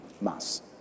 mass